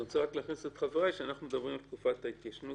אני רוצה לעדכן את חבריי שאנחנו מדברים על תקופת ההתיישנות,